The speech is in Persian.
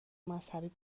مذهبی